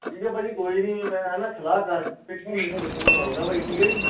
ਠੀਕ ਹੈ ਭਾਅ ਜੀ ਕੋਈ ਨਹੀਂ ਮੈਂ ਨਾ ਸਲਾਹ ਕਰਕੇ ਸਵੇਰ ਨੂੰ ਫੋਨ ਕਰੂੰਗਾ ਭਾਅ ਜੀ ਠੀਕ ਹੈ ਜੀ